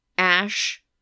Ash